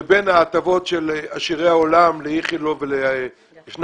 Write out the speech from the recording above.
לבין ההטבות של עשירי העולם, לאיכילוב ולשניידר.